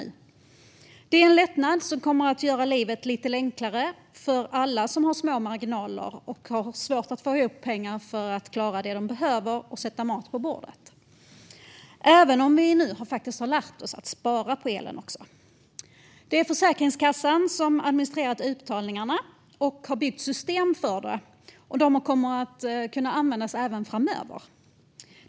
Detta är en lättnad som kommer att göra livet lite enklare för alla som har små marginaler och som har svårt att få ihop pengar för att klara det de behöver och för att kunna sätta mat på bordet, även om vi nu faktiskt också har lärt oss att spara på elen. Det är Försäkringskassan som har administrerat utbetalningarna och som har byggt system för det, och de kommer att kunna användas även framöver.